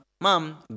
Mom